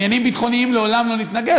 לעניינים ביטחוניים לעולם לא נתנגד,